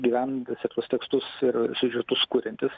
gyvenentys ir tuos tekstus ir siužetus kuriantys